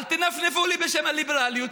אל תנפנפו לי בשם הליברליות,